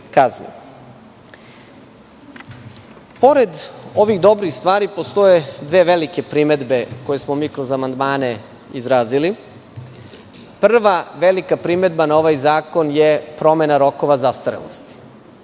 kazne. Pored ovih dobrih stvari, postoje dve velike primedbe koje smo mi kroz amandmane izrazili. Prva velika primedba na ovaj zakon je promena rokova zastarelosti.